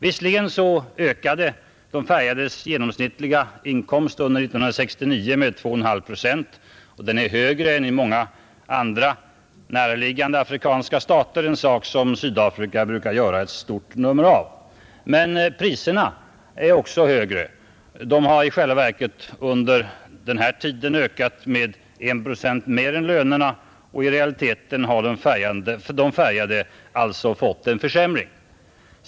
Visserligen ökades de färgades genomsnittliga inkomst under 1969 med 2,5 procent och den är högre än i många andra näraliggande afrikanska stater — en sak som Sydafrika brukar göra ett stort nummer av. Men priserna är också högre. De har i själva verket under denna tid ökat med 1 procent mer än lönerna och i realiteten har de färgade alltså fått en försämring.